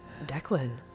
Declan